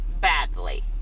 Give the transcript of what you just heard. badly